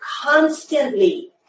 constantly